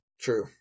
True